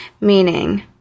Meaning